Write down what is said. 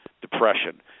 depression